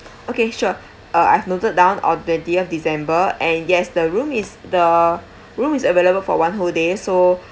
okay sure uh I've noted down on twentieth december and yes the room is the room is available for one whole day so